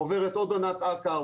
עוברת עוד עונת אכה,